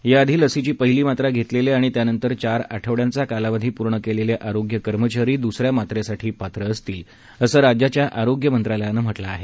याआधी लसीची पहिली मात्रा घेतलेले आणि त्यानंतर चार आठवड्यांचा कालवधी पूर्ण केलेले आरोग्य कर्मचारी दुसऱ्या मात्रेसाठी पात्र असतील असं राज्याच्या आरोग्य मंत्रालयानं म्हटलं आहे